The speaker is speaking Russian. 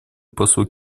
послу